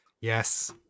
yes